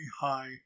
high